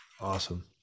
awesome